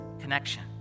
connection